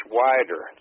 wider